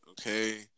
okay